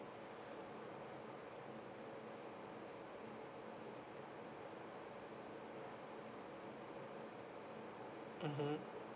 mmhmm